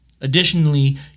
Additionally